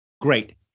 Great